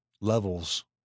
levels